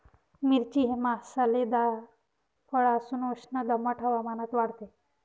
मिरची हे मसालेदार फळ असून उष्ण दमट हवामानात वाढते